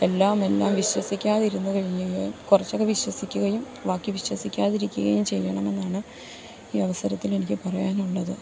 എല്ലാം എല്ലാം വിശ്വസിക്കാതിരുന്ന് കഴിഞ്ഞ് കഴിഞ്ഞാൽ കുറച്ചൊക്കെ വിശ്വസിക്കുകയും ബാക്കി വിശ്വസിക്കാതിരിക്കുകയും ചെയ്യണമെന്നാണ് ഈ അവസരത്തിൽ എനിക്ക് പറയാനുള്ളത്